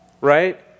Right